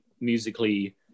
musically